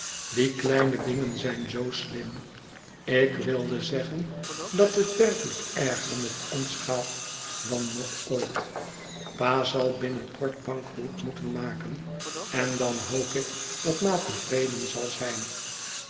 die kleine dingen zijn zoo slim ik wilde zeggen dat het werkelijk erger met ons gaat dan nog ooit pa zal binnen kort bankroet moeten maken en dan hoop ik dat ma tevreden zal zijn